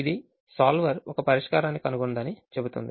ఇది సోల్వర్ ఒక పరిష్కారాన్ని కనుగొందని చెబుతుంది